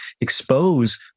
expose